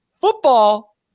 football